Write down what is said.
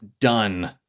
done